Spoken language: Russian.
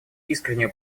искреннюю